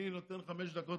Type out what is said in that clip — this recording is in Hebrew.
אני נותן חמש דקות